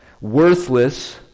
worthless